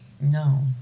No